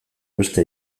beste